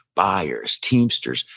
buyers, teamsters,